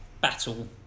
battle